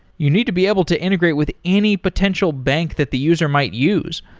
you need to be able to integrate with any potential bank that the user might use.